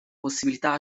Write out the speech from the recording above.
possibilità